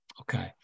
Okay